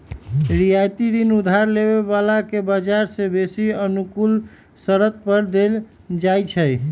रियायती ऋण उधार लेबे बला के बजार से बेशी अनुकूल शरत पर देल जाइ छइ